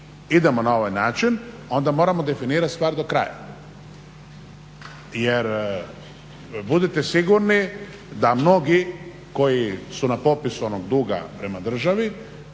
idemo na ovaj način onda moramo definirati stvar do kraja. Jer budite sigurni da mnogi koji su na popisu onog duga prema državi